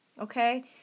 okay